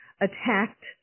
attacked